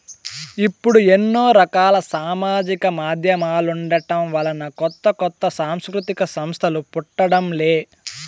ఇప్పుడు ఎన్నో రకాల సామాజిక మాధ్యమాలుండటం వలన కొత్త కొత్త సాంస్కృతిక సంస్థలు పుట్టడం లే